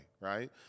right